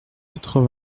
quatre